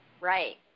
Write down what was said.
Right